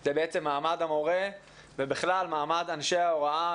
זה מעמד המורה ובכלל מעמד אנשי ההוראה,